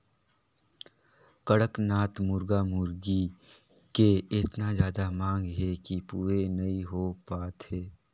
कड़कनाथ मुरगा मुरगी के एतना जादा मांग हे कि पूरे नइ हो पात हे